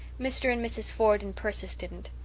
mr. and mrs. ford and persis didn't.